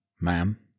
Ma'am